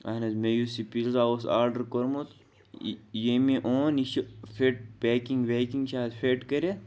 اہن حظ مےٚ یُس یہِ پِزا اوس آرڈر کوٚرمُت ییٚمۍ یہِ اوٚن یہِ چھِ فِٹ پیکِنگ ویکِنگ چھِ اَتھ فِٹ کٔرتھ